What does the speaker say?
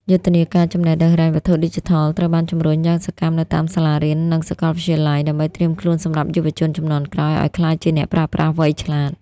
យុទ្ធនាការ "ចំណេះដឹងហិរញ្ញវត្ថុឌីជីថល" ត្រូវបានជម្រុញយ៉ាងសកម្មនៅតាមសាលារៀន និងសកលវិទ្យាល័យ ដើម្បីត្រៀមខ្លួនសម្រាប់យុវជនជំនាន់ក្រោយឱ្យក្លាយជាអ្នកប្រើប្រាស់វៃឆ្លាត។